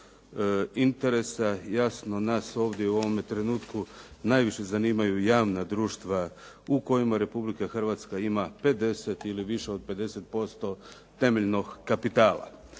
interesa. Jasno nas ovdje u ovome trenutku najviše zanimaju javna društva u kojima Republika Hrvatska ima 50 ili više od 50% temeljnog kapitala.